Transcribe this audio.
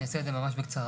אני אעשה את זה ממש בקצרה.